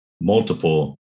multiple